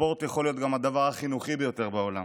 הספורט יכול להיות גם הדבר החינוכי ביותר בעולם,